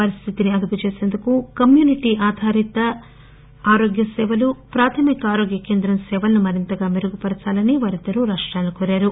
పరిస్థితిని అదుపు చేసేందుకు కమ్యూనిటీ ఆథారిత ప్రాథమిక ఆరోగ్య కేంద్రం సేవలను మరింతగా మెరుగు పరచాలని వారిద్దరూ రాష్టాలను కోరారు